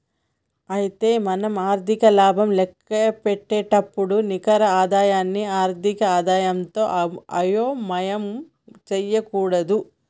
అయితే మనం ఆర్థిక లాభం లెక్కపెట్టేటప్పుడు నికర ఆదాయాన్ని ఆర్థిక ఆదాయంతో అయోమయం చేయకూడదు